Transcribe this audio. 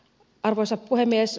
arvoisa puhemies